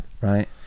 right